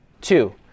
Two